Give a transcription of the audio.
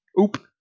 OOP